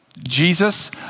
Jesus